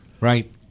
Right